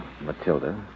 Matilda